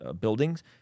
buildings